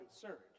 concerned